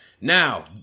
now